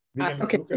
Okay